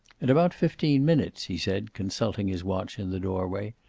in about fifteen minutes, he said, consulting his watch in the doorway,